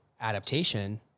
adaptation